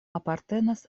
apartenas